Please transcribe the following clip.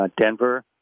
Denver